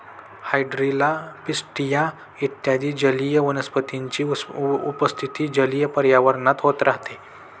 hydrilla, pistia इत्यादी जलीय वनस्पतींची उपस्थिती जलीय पर्यावरणात राहते